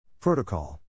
Protocol